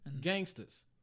gangsters